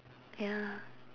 ya